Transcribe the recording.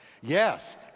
Yes